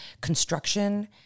construction